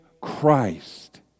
Christ